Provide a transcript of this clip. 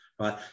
right